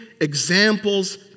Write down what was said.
examples